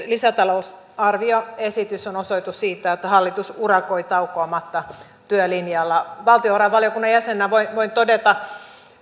lisätalousarvioesitys on osoitus siitä että hallitus urakoi taukoamatta työlinjalla valtiovarainvaliokunnan jäsenenä voin todeta